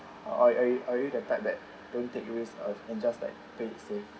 or or you or you the type that don't take risk or and just like play safe